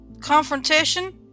confrontation